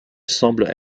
semble